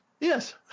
Yes